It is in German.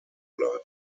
bleiben